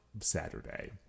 Saturday